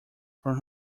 from